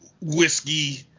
whiskey